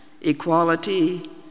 equality